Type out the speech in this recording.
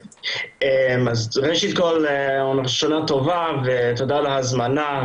ראשית כול, שנה טובה ותודה על ההזמנה.